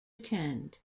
attend